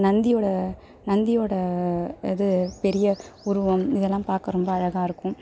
நந்தியோட நந்தியோட இது பெரிய உருவம் இதெல்லாம் பார்க்க ரொம்ப அழகாக இருக்கும்